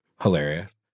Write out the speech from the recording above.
Hilarious